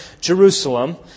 Jerusalem